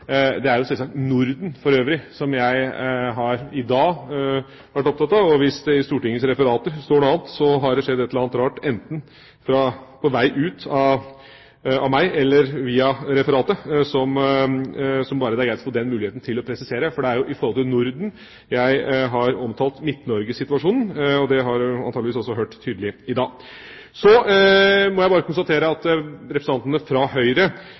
Det er jo selvsagt Norden for øvrig som jeg i dag har vært opptatt av. Hvis det i Stortingets referater står noe annet, så har det skjedd et eller annet rart enten på vei ut av meg eller via referatet. Det er greit å få muligheten til å presisere dette, for det er jo i forhold til Norden jeg har omtalt Midt-Norge-situasjonen. Det har man antakeligvis også hørt tydelig i dag. Så må jeg bare konstatere at representantene fra Høyre